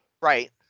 Right